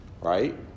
Right